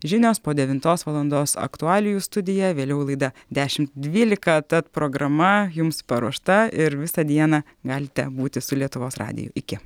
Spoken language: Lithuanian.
žinios po devintos valandos aktualijų studija vėliau laida dešim dvylika tad programa jums paruošta ir visą dieną galite būti su lietuvos radiju iki